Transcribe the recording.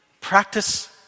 Practice